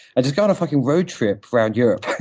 and just go on a fucking road trip around europe.